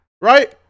right